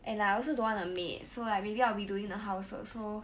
and like I also don't want a maid so like maybe I'll be doing the housework so